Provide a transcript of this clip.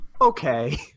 okay